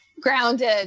grounded